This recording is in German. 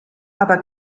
aber